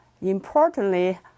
Importantly